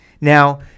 Now